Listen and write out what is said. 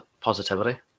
positivity